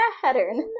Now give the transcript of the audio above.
pattern